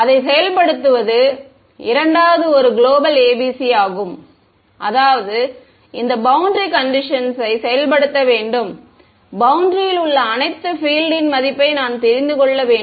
அதை செயல்படுத்துவது இரண்டாவது ஒரு குளோபல் ABC ஆகும் அதாவது இந்த பௌண்டரி கண்டிஷன்ஸ்யை செயல்படுத்த வேண்டும் பௌண்டரியில் உள்ள அனைத்து ஃ பில்ட்ன் மதிப்பை நான் தெரிந்து கொள்ள வேண்டும்